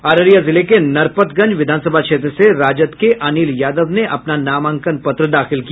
अररिया जिले के नरपतगंज विधानसभा क्षेत्र से राजद के अनिल यादव ने अपना नामांकन दाखिल किया